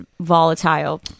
volatile